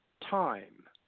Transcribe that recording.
time